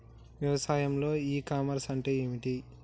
వ్యవసాయంలో e commerce అంటే ఏమిటి?